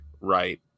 right